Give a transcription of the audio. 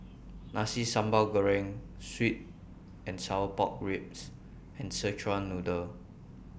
Nasi Sambal Goreng Sweet and Sour Pork Ribs and Szechuan Noodle